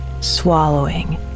Swallowing